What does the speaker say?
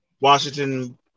washington